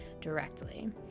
directly